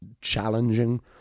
challenging